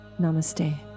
Namaste